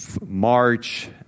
March